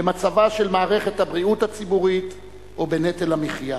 במצבה של מערכת הבריאות הציבורית או בנטל המחיה.